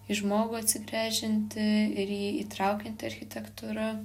į žmogų atsigręžianti ir jį įtraukianti architektūra